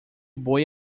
boi